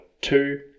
two